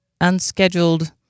unscheduled